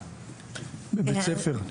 בבית ספר,